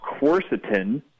quercetin